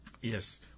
Yes